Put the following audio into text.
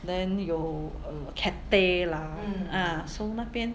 then 有 uh Cathay lah ah so 那边